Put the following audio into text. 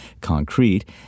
concrete